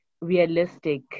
Realistic